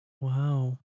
Wow